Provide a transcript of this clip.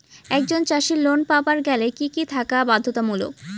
একজন চাষীর লোন পাবার গেলে কি কি থাকা বাধ্যতামূলক?